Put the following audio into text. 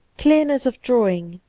clearness of drawing,